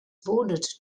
bordered